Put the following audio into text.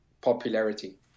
popularity